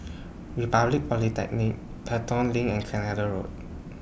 Republic Polytechnic Pelton LINK and Canada Road